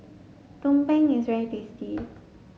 Tumpeng is very tasty